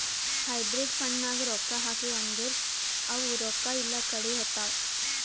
hybrid ಫಂಡ್ನಾಗ್ ರೊಕ್ಕಾ ಹಾಕಿ ಅಂದುರ್ ಅವು ರೊಕ್ಕಾ ಎಲ್ಲಾ ಕಡಿ ಹೋತ್ತಾವ್